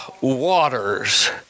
waters